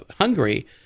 Hungary